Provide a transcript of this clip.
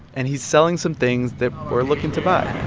and he's selling some things that we're looking to buy